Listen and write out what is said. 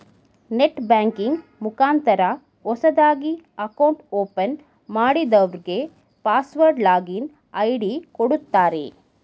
net banking ಮುಖಾಂತರ ಹೊಸದಾಗಿ account open ಮಾಡದವ್ರಗೆ ಪಾಸ್ವರ್ಡ್ ಲಾಗಿನ್ ಐ.ಡಿ ಕೊಡುತ್ತಾರೆ